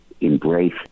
embrace